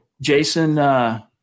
Jason